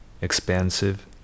expansive